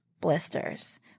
blisters